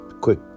quick